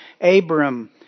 Abram